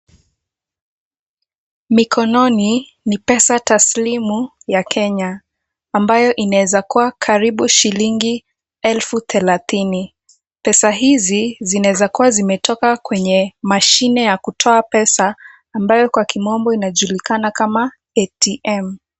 Mikononi ni pesa tasilimu ya Kenya ambayo inaweza kuwa karibu shilingi elfu thelathini. Pesa hizi zinaweza kuwa zimetoka kwenye mashine ya kutoa pesa ambayo kwa kimombo inajulikana kama ATM .